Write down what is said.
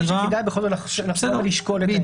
שכדאי בכל זאת לשקול את זה.